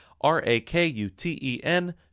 R-A-K-U-T-E-N